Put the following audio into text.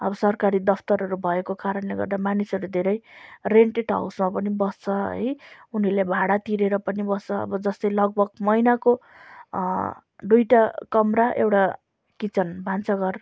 अब सरकारी दफ्तरहरू भएको कारणले गर्दा मानिसहरू धेरै रेन्टेड हाउसमा पनि बस्छ है उनीहरूले भाडा तिरेर पनि बस्छ अब जस्तै लगभग महिनाको दुइटा कमरा एउटा किचन भान्सा घर